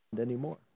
anymore